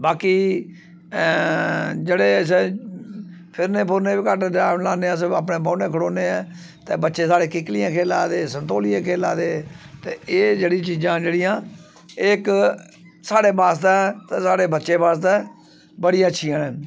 बाकी जेह्ड़े असें फिरने फुरने बी घट्ट टैम लाने अस अपने बौह्न्ने खडौने ऐं ते बच्चे साढ़े किक्लियां खेढा दे सन्तोलिये खेढा दे ते एह् जेह्ड़ी चीजां न जेह्ड़ियां एह् इक साढ़े आस्तै ते साढ़े बच्चें आस्तै बड़ियां अच्छियां न